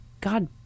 God